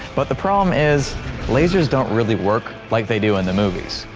but the problem is lasers don't really work like they do in the movies.